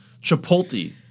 Chipotle